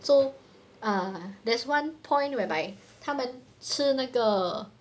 so uh there's one point whereby 他们吃那个